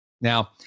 Now